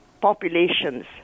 populations